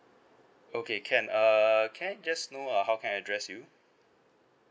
okay can err can I just know uh how can I address you